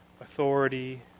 authority